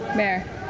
mayor,